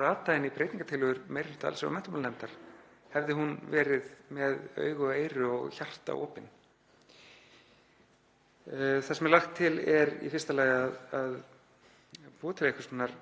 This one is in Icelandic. rata inn í breytingartillögur meiri hluta allsherjar- og menntamálanefndar, hefði hún verið með augu og eyru og hjarta opin. Það sem er lagt til er í fyrsta lagi að búa til einhvers konar